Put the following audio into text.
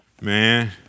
man